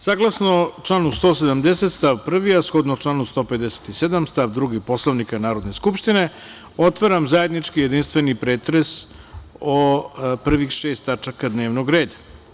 Saglasno članu 170. stav 1, a shodno članu 157. stav 2. Poslovnika Narodne skupštine, otvaram zajednički jedinstveni pretres o prvih šest tačaka dnevnog reda.